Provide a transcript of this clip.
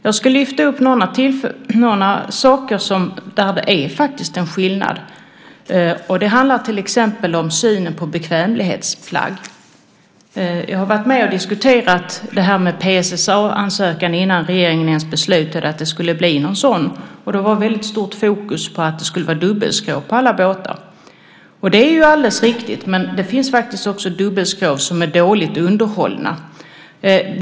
Jag ska lyfta upp några saker där det faktiskt är en skillnad. Det handlar till exempel om synen på bekvämlighetsflagg. Jag har varit med och diskuterat detta med PSSA-ansökan innan regeringen ens hade beslutat att det skulle bli någon sådan. Det var ett väldigt starkt fokus på att det skulle vara dubbelskrov på alla båtar. Det är ju alldeles riktigt, men det finns faktiskt också dubbelskrov som är dåligt underhållna.